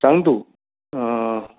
सांग तूं